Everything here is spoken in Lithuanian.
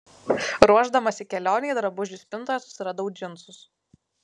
ruošdamasi kelionei drabužių spintoje susiradau džinsus